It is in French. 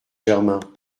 germain